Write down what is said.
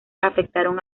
afectaron